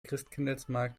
christkindlesmarkt